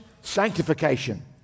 sanctification